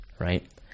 right